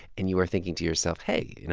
and you are thinking to yourself, hey, you know,